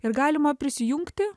ir galima prisijungti